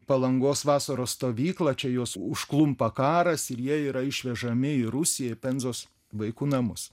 palangos vasaros stovyklą čia juos užklumpa karas ir jie yra išvežami į rusiją penzos vaikų namus